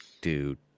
dude